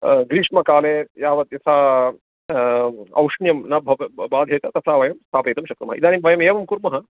ग्रीष्मकाले यावत् यथा औष्ण्यं न भवति बाध्यते तथा वयं स्थापयितुं शक्नुमः इदानीं वयम् एवं कुर्मः